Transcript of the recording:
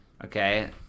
Okay